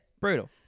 brutal